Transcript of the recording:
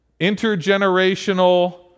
intergenerational